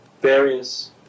various